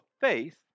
faith